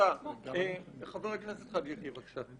חבר הכנסת חאג' יחיא.